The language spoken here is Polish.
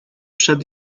przed